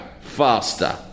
faster